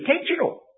intentional